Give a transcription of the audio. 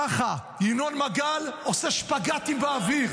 ככה: ינון מגל עושה שפגאטים באוויר.